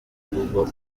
ubwo